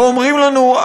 ואומרים לנו: